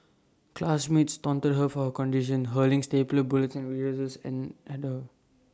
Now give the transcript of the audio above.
classmates taunted her for her condition hurling stapler bullets and eraser ends at her